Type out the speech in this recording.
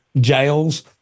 jails